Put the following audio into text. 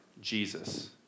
Jesus